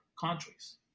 countries